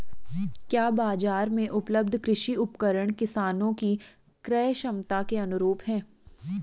क्या बाजार में उपलब्ध कृषि उपकरण किसानों के क्रयक्षमता के अनुरूप हैं?